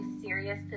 serious